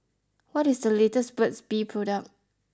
what is the latest Burt's Bee product